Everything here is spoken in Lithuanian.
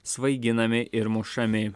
svaiginami ir mušami